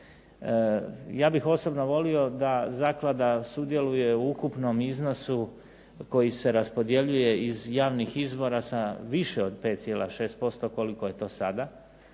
Ja bih osobno volio da zaklada sudjeluje u ukupnom iznosu koji se raspodjeljuje iz javnih izvora sa više od 5,6% koliko je to sada,